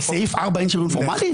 לסעיף 4 אין שריון פורמלי?